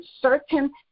certain